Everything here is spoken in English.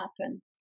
happen